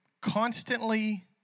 constantly